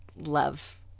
love